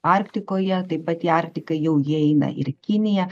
arktikoje taip pat į arktiką jau įeina ir kinija